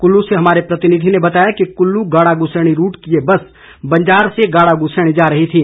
कुल्लू से हमारे प्रतिनिधि ने बताया कि कुल्लू गाड़ागुसेणी रूट की ये बस बंजार से गाड़ागुसेणी जा रही थी